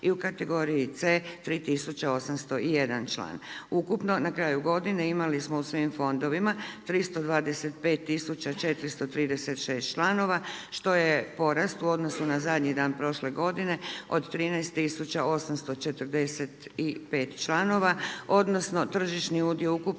i u kategoriji C 3.801 član. Ukupno na kraju godine imali smo u svim fondovima 325.436 članova što je porast u odnosu na zadnji dan prošle godine od 13.845 članova odnosno tržišni udio u ukupnom